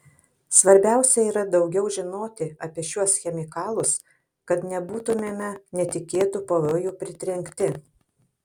svarbiausia yra daugiau žinoti apie šiuos chemikalus kad nebūtumėme netikėtų pavojų pritrenkti